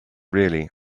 really